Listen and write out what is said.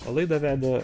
laidą vedė